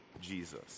Jesus